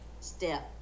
Step